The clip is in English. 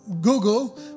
Google